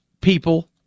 people